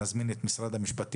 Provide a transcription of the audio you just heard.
נזמין את נציגי משרד המשפטים.